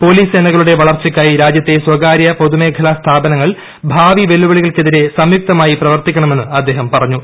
police സേനകളുടെ വളർച്ചയ്ക്കായി രാജ്യത്തെ സ്ഥകാര്യ പൊതുമേഖലാ സ്ഥാപനങ്ങൾ ഭാവി വെല്ലുവിളികൾക്കെതിരെ സംയുക്തമായി പ്രവർത്തിക്കണമെന്ന് അദ്ദേഹം പറഞ്ഞു